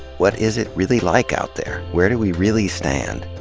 what is it really like out there, where do we really stand,